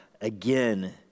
again